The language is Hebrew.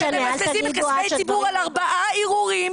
שמבזבזים כספי ציבור על ארבעה ערעורים